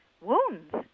wounds